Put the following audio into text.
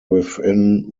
within